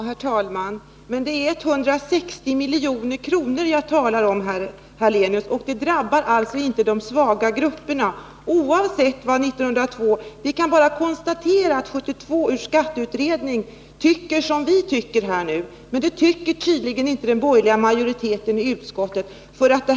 Herr talman! Det är 160 milj.kr. som jag talar om, Ingemar Hallenius. Det drabbar alltså inte de svaga grupperna. Vi kan bara konstatera att 1972 års skatteutredning tyckte som vi tycker nu, men det tycker tydligen inte den borgerliga majoriteten i utskottet.